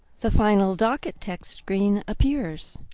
the final docket text screen appears.